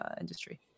industry